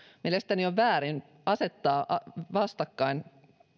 mielestäni on väärin asettaa vastakkain